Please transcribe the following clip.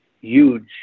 huge